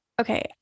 okay